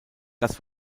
das